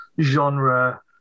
genre